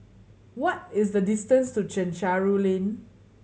what is the distance to Chencharu Lane